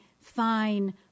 fine